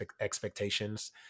expectations